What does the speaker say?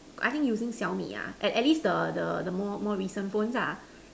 I think using xiaomi ah at least the the the more recent phones ah